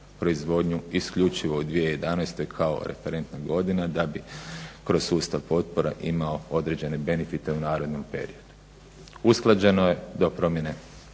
proizvodnju isključivo u 2011. kao referentnoj godini da bi kroz sustav potpora imao određene benifit u narednom periodu. Usklađeno je do promjene